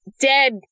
dead